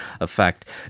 effect